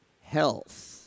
health